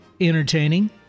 entertaining